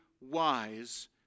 wise